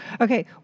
okay